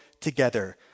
together